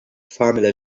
family